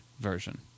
version